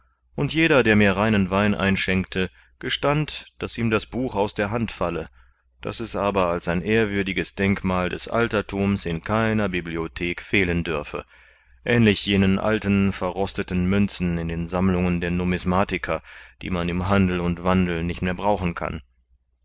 und jeder der mir reinen wein einschenkte gestand daß ihm das buch aus der hand falle daß es aber als ein ehrwürdiges denkmal des alterthums in keiner bibliothek fehlen dürfe ähnlich jenen alten verrosteten münzen in den sammlungen der numismatiker die man im handel und wandel nicht mehr brauchen kann